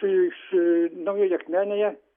iš naujoj akmenėje